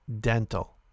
dental